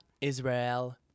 Israel